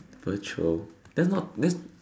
virtual that's not that's